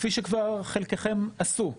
כפי שכבר חלקכם עשו.